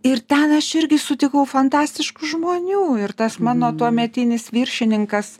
ir ten aš irgi sutikau fantastiškų žmonių ir tas mano tuometinis viršininkas